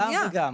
גם וגם,